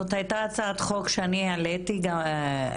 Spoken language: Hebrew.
זאת הייתה הצעת חוק שאני העליתי במליאה,